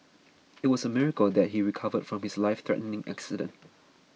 it was a miracle that he recovered from his life threatening accident